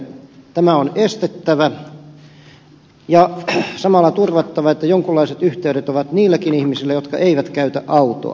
tämä on estettävä ja samalla turvattava että jonkinlaiset yhteydet on niillekin ihmisille jotka eivät käytä autoa